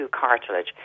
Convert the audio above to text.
cartilage